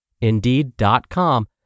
Indeed.com